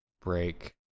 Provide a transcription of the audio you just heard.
break